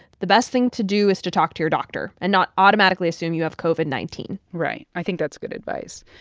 the best thing to do is to talk to your doctor and not automatically assume you have covid nineteen point right. i think that's good advice.